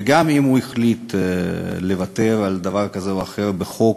וגם אם הוא החליט לוותר על דבר כזה או אחר בחוק,